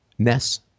ness